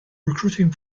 recruiting